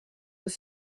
were